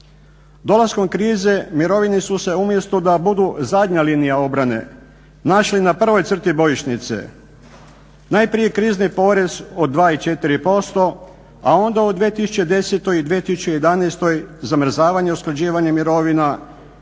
Dolaskom krize mirovine su se umjesto da budu zadnja linija obrane, našle na prvoj crti bojišnice. Najprije krizni porez od 2 i 4%, a onda u 2010. i 2011. zamrzavanje i usklađivanje mirovina što je